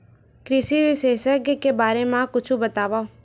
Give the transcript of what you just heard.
कृषि विशेषज्ञ के बारे मा कुछु बतावव?